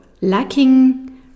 lacking